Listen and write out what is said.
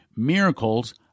Miracles